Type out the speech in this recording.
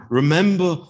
remember